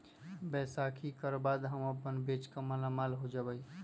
बैसाखी कर बाद हम अपन बेच कर मालामाल हो जयबई